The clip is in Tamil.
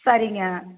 சரிங்க